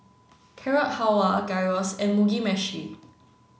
Carrot Halwa Gyros and Mugi Meshi